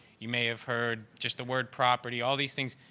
you may have heard just the word property, all these things.